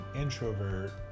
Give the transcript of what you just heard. introvert